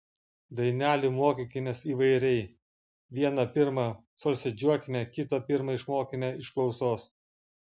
dainelių mokykimės įvairiai vieną pirma solfedžiuokime kitą pirma išmokime iš klausos